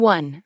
One